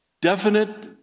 definite